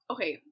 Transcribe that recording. Okay